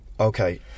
okay